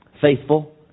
faithful